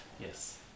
yes